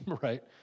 right